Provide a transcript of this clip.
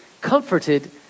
comforted